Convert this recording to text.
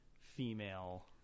female